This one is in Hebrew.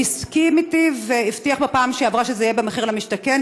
הוא הסכים אתי והבטיח בפעם שעברה שזה יהיה במחיר למשתכן,